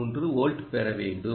3 volt பெற வேண்டும்